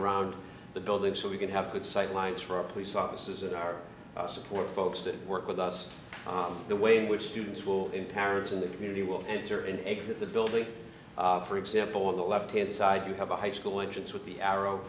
around the building so we can have good sightlines for our police officers that are support folks that work with us on the way in which students will in parents in the community will enter and exit the building for example on the left hand side you have a high school entrance with the arrow